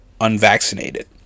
unvaccinated